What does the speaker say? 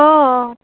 অঁ